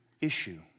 issue